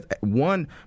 one